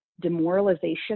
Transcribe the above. demoralization